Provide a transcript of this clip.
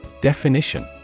Definition